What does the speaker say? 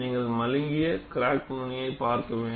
நீங்கள் மழுங்கிய கிராக் நுனியை பார்க்க வேண்டும்